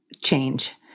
change